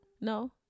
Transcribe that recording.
no